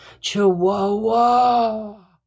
Chihuahua